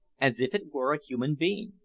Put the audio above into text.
as if it were a human being.